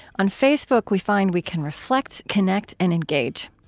on facebook, we find we can reflect, connect, and engage.